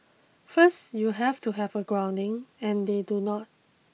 first you have to have a grounding and they do not